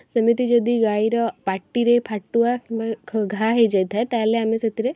ସେମିତି ଯଦି ଗାଈର ପାଟିରେ ଫାଟୁଆ କିମ୍ବା ଘ ଘାଆ ହେଇ ଯାଇଥାଏ ତାହାଲେ ଆମେ ସେଥିରେ